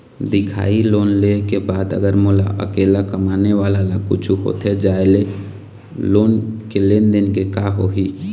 दिखाही लोन ले के बाद अगर मोला अकेला कमाने वाला ला कुछू होथे जाय ले लोन के लेनदेन के का होही?